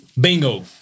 Bingo